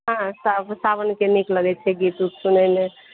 हँ साओनके नीक लगैत छै गीत ओत सुनैमे